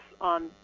on